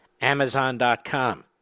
Amazon.com